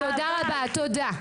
רבה, תודה.